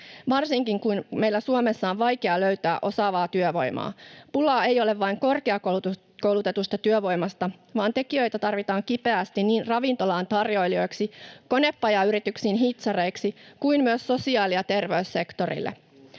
varsinkin kun meillä Suomessa on vaikea löytää osaavaa työvoimaa. Pulaa ei ole vain korkeakoulutetusta työvoimasta, vaan tekijöitä tarvitaan kipeästi niin ravintolaan tarjoilijoiksi, konepajayrityksiin hitsareiksi kuin myös sosiaali- ja terveyssektorille.